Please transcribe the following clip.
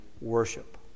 worship